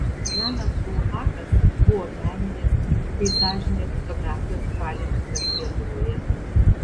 janas bulhakas buvo meninės peizažinės fotografijos pradininkas lietuvoje